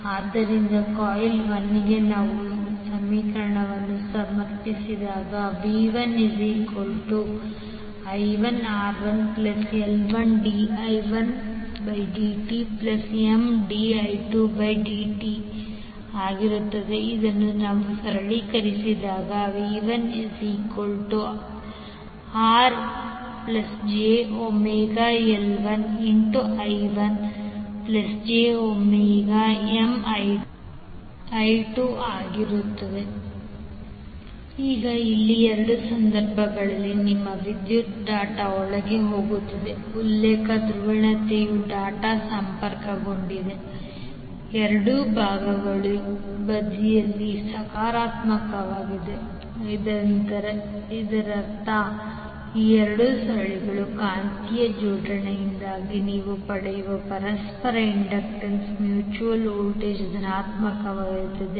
ಆದ್ದರಿಂದ ಕಾಯಿಲ್ 1 ಗಾಗಿ v1i1R1L1di1dtMdi2dtV1R1jωL1I1jωMI2 ಈಗ ಇಲ್ಲಿ ಎರಡೂ ಸಂದರ್ಭಗಳಲ್ಲಿ ನಿಮ್ಮ ವಿದ್ಯುತ್ ಡಾಟ್ ಒಳಗೆ ಹೋಗುತ್ತಿದೆ ಉಲ್ಲೇಖ ಧ್ರುವೀಯತೆಯು ಡಾಟ್ ಸಂಪರ್ಕಗೊಂಡಿರುವ ಎರಡೂ ಬದಿಗಳಲ್ಲಿ ಸಕಾರಾತ್ಮಕವಾಗಿದೆ ಎಂದರೆ ಇದರರ್ಥ ಈ ಎರಡು ಸುರುಳಿಗಳ ಕಾಂತೀಯ ಜೋಡಣೆಯಿಂದಾಗಿ ನೀವು ಪಡೆಯುವ ಪರಸ್ಪರ ಇಂಡಕ್ಟನ್ಸ್ ಮ್ಯೂಚುಯಲ್ ವೋಲ್ಟೇಜ್ ಧನಾತ್ಮಕವಾಗಿರುತ್ತದೆ